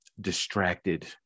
distracted